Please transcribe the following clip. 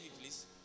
please